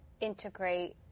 integrate